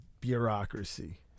bureaucracy